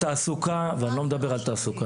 התעסוקה ואני לא מדבר על תעסוקה,